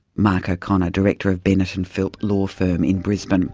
mark o'connor, director of bennett and philp law firm in brisbane.